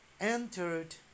entered